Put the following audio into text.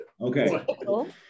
Okay